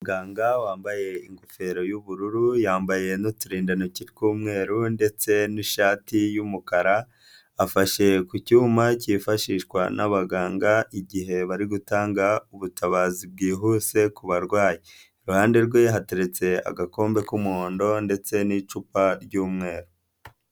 Muganga wambaye ingofero y'ubururu yambaye n'uturindantoki tw'umweru ndetse n'ishati y'umukara, afashe ku cyuma cyifashishwa n'abaganga igihe bari gutanga ubutabazi bwihuse ku barwayi. Iruhande rwe hateretse agakombe k'umuhondo ndetse n'icupa ry'umweru.